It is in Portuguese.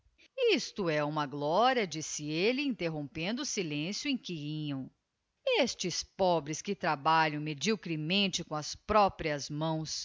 isto é uma gloria disse elle interrompendo o silencio em que iam estes pobres que trabalham mediocremente com as próprias mãos